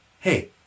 hey